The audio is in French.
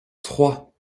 trois